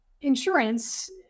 insurance